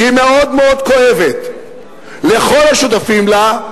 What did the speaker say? שהיא מאוד כואבת לכל השותפים לה,